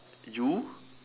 you